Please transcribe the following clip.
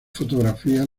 fotografías